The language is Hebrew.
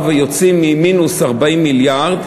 שיוצאים ממינוס 40 מיליארד,